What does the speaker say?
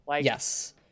Yes